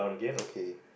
okay